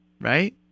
Right